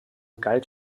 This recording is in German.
galt